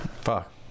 Fuck